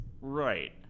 Right